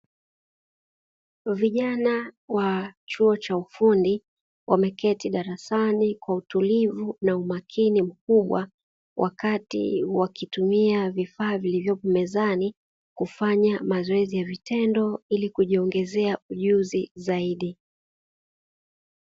Vijana wa chuo cha ufundi wameketi darasani kwa utulivu na umakini mkubwa wakati wakitumia vifaa vilivyopo mezani kufanya mazoezi ya vitendo ili kujiongezea ujuzi zaidi.